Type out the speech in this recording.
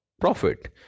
profit